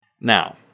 Now